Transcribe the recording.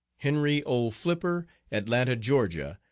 henry o. flipper, atlanta, georgia.